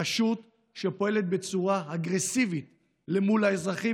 רשות שפועלת בצורה אגרסיבית מול האזרחים